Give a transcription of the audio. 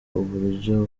uburyo